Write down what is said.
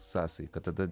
sąsajų kad tada